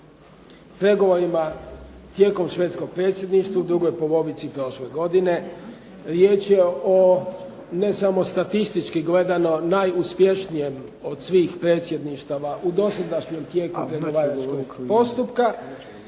pregovorima tijekom švedskog predsjedništva u drugoj polovici prošle godine. Riječ je o ne samo statistički gledano najuspješnijem od svih predsjedništava u dosadašnjem tijeku pregovaračkog postupka,